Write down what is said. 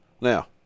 Now